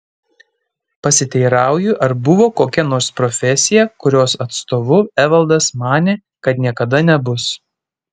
pasiteirauju ar buvo kokia nors profesija kurios atstovu evaldas manė kad niekada nebus